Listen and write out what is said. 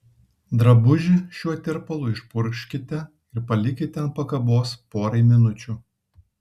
drabužį šiuo tirpalu išpurkškite ir palikite ant pakabos porai minučių